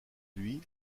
lui